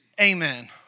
Amen